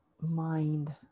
mind